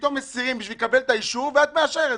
פתאום מסירות כדי לקבל את האישור ואת מאשרת,